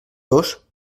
dos